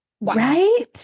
right